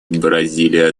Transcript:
бразилия